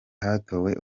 hatowe